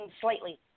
slightly